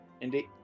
Indeed